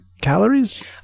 calories